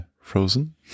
frozen